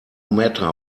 matter